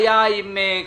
אם יהיה בינוי, יתקצבו.